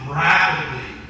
rapidly